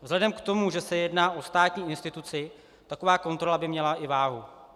Vzhledem k tomu, že se jedná o státní instituci, taková kontrola by měla i váhu.